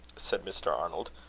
said mr. arnold,